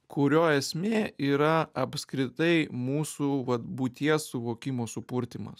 kurio esmė yra apskritai mūsų vat būties suvokimo supurtymas